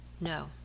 No